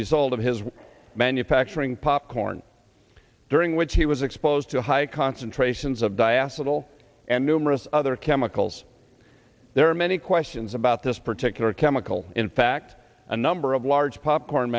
result of his manufacturing popcorn during which he was exposed to high concentrations of dye acid all and numerous other chemicals there are many questions about this particular chemical in fact a number of large popcorn